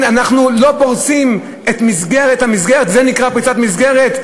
אנחנו לא פורצים את המסגרת, זה נקרא פריצת מסגרת?